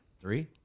Three